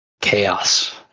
chaos